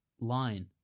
line